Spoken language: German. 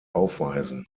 aufweisen